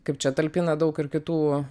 kaip čia talpina daug ir kitų